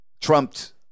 trumped